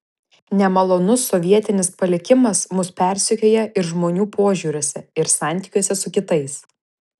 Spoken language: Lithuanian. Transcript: nemalonus sovietinis palikimas mus persekioja ir žmonių požiūriuose ir santykiuose su kitais